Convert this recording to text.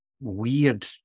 weird